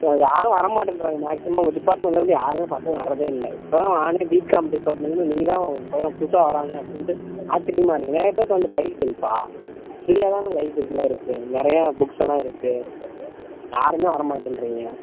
யாரும் வரமாட்டேட்ங்றாங்க மேக்சிமம் உங்க டிப்பார்மண்ட்லருந்து யாருமே பசங்கள் வர்றதே இல்லை இப்போ நானே பிகாம் டிப்பார்ட்மண்ட்லருந்து நீதான் ஒரு பையன் புதுசாக வரானே அப்படின்ட்டு ஆச்சிரியமாக இருக்குது நிறைய பேருத்த வந்து படிக்க சொல்லுப்பா ஃபிரீயாக தானே லைப்ரரியெலாம் இருக்குது நிறைய புக்ஸெல்லாம் இருக்குது யாருமே வரமாட்டேன்கிறீங்க